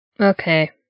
Okay